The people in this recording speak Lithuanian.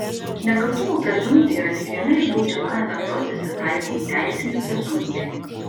nekaltumo prezumpcija yra tik viena iš baudžiamajame procese taikomų teisinių prezumpcijų